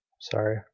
sorry